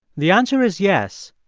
the answer is yes.